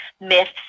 myths